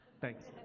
Thanks